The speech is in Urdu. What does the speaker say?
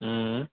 ہوں